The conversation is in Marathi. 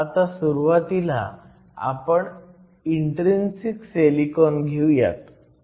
आता सुरुवातीला आपण इन्ट्रीन्सिक सिलिकॉन घेऊयात